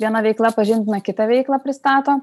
viena veikla pažindina kitą veiklą pristato